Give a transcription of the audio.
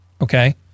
Okay